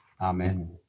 Amen